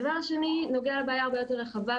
הדבר השני נוגע בבעיה הרבה יותר רחבה,